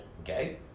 Okay